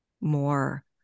more